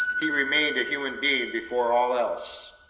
he remained a human being before all else!